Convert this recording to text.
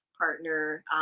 partner